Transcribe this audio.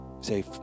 Say